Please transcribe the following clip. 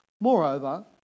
Moreover